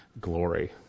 glory